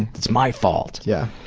it's my fault. yeah.